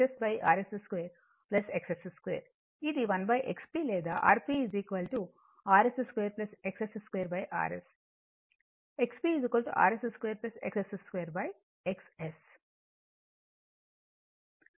అదేవిధంగా 1XPXSrs 2 XS 2ఇ ది 1XP లేదా Rprs 2 XS 2rs XPrs 2 XS 2 XS